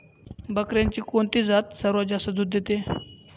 बकऱ्यांची कोणती जात सर्वात जास्त दूध देते?